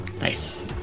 Nice